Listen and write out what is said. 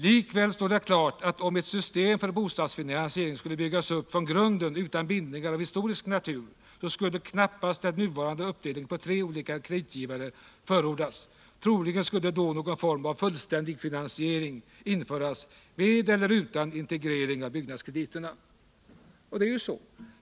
”Likväl står det klart att om ett system för bostadsfinansiering skulle byggas upp från grunden utan bindningar av historisk natur så skulle knappast den nuvarande uppdelningen på tre olika kreditgivare förordas. Troligen skulle då någon form av fullständig finansiering införas med eller utan integrering av byggnadskrediterna.” Och det är ju så.